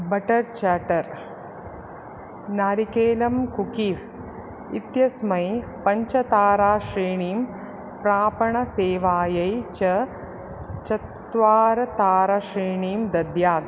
butter chatter नारिकेलम् cookies इत्यस्मै पञ्चताराश्रेणीम् प्रापणसेवायै च चत्वरिताराश्रेणीं दद्यात्